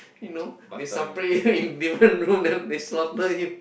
you know they separate you in different room then they slaughter you